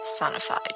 Sonified